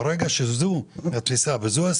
ברגע שזאת האסטרטגיה,